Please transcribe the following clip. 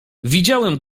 widziałem